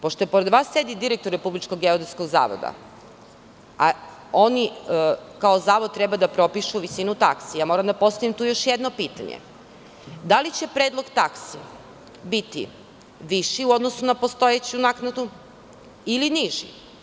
Pošto pored vas sedi direktor Republičkog geodetskog zavoda, a oni, kao zavod, treba da propišu visinu taksi, moram da postavim tu još jedno pitanje - da li će predlog taksi biti viši u odnosu na postojeću naknadu ili niži?